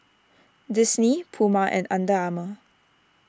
Disney Puma and Under Armour